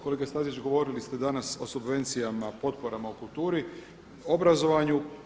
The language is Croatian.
Kolega Stazić govorili ste danas o subvencijama potporama u kulturi, obrazovanju.